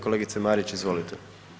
Kolegice Marić, izvolite.